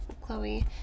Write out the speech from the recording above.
Chloe